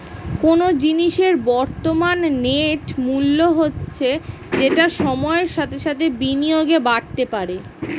কোনো জিনিসের বর্তমান নেট মূল্য হচ্ছে যেটা সময়ের সাথে সাথে বিনিয়োগে বাড়তে পারে